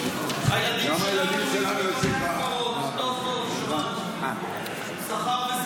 והילדים שלנו ימלאו את בית הקברות.